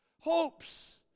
Hopes